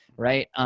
right?